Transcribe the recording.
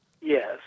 Yes